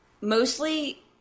mostly